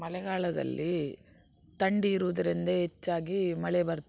ಮಳೆಗಾಲದಲ್ಲಿ ಥಂಡಿ ಇರುವುದರಿಂದ ಹೆಚ್ಚಾಗಿ ಮಳೆ ಬರು